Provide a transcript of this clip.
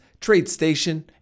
TradeStation